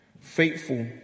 Faithful